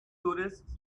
tourists